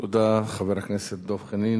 תודה, חבר הכנסת דב חנין.